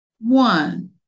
one